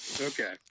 Okay